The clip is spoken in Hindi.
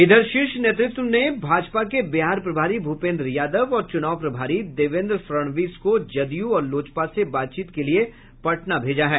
इधर शीर्ष नेतृत्व ने भाजपा के बिहार प्रभारी भूपेन्द्र यादव और चुनाव प्रभारी देवेन्द्र फड़णवीस को जदयू और लोजपा से बातचीत के लिए पटना भेजा है